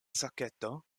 saketo